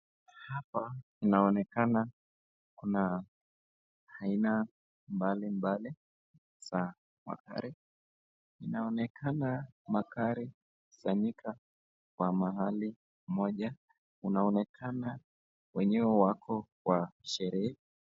Hapa kunaonekana kuna aina mbali mbali za magari , inaonekana magari yamekusanyika kwa mahali mmoja, unaonekana wenyewe wako kwa sherehe.